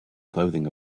clothing